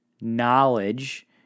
knowledge